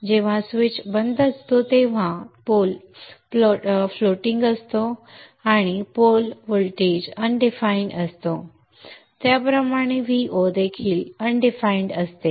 जेव्हा स्विच बंद असतो तेव्हा पोल फ्लोटिंग असतो आणि पोल व्होल्टेज अनडिफाइन असतो त्याचप्रमाणे Vo देखील अनडिफाइन असतो